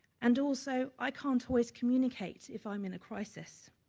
and also i can't always communicate if i'm in a crisis.